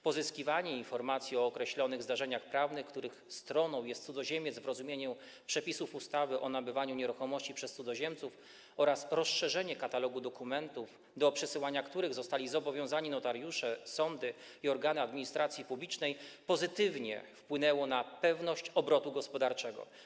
Pozyskiwanie informacji o określonych zdarzeniach prawnych, których stroną jest cudzoziemiec w rozumieniu przepisów ustawy o nabywaniu nieruchomości przez cudzoziemców, oraz rozszerzenie katalogu dokumentów, do przesyłania których zostali zobowiązani notariusze, sądy i organy administracji publicznej, pozytywnie wpłynęło na pewność obrotu gospodarczego.